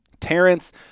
Terrence